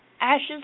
Ashes